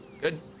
good